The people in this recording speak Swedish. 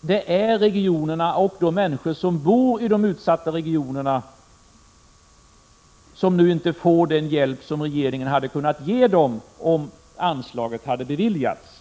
det är regionerna och de människor som bor i de utsatta regionerna som nu inte får den hjälp som regeringen hade kunnat ge dem om anslaget hade beviljats.